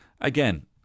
Again